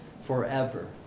forever